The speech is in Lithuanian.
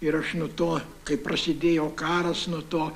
ir aš nuo to kai prasidėjo karas nuo to